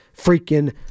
freaking